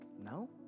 No